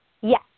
Yes